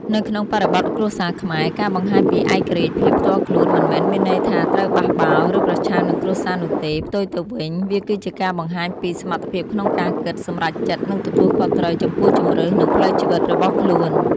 នៅក្នុងបរិបទគ្រួសារខ្មែរ ការបង្ហាញពីឯករាជ្យភាពផ្ទាល់ខ្លួន មិនមែនមានន័យថាត្រូវបះបោរ ឬប្រឆាំងនឹងគ្រួសារនោះទេ ផ្ទុយទៅវិញ វាគឺជាការបង្ហាញពី សមត្ថភាពក្នុងការគិត សម្រេចចិត្ត និងទទួលខុសត្រូវ ចំពោះជម្រើស និងផ្លូវជីវិតរបស់ខ្លួន។